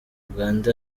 uganda